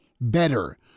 better